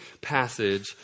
passage